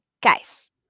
guys